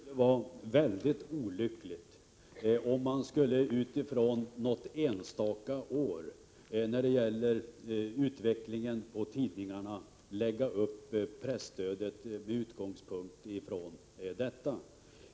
Herr talman! Det skulle vara mycket olyckligt om presstödet lades upp med utgångspunkt i utvecklingen för tidningarna under något enstaka år.